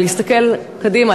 אלא להסתכל קדימה,